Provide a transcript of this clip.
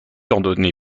ordonné